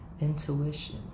Intuition